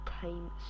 time